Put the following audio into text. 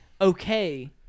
okay